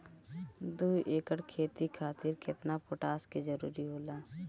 दु एकड़ खेती खातिर केतना पोटाश के जरूरी होला?